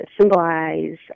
symbolize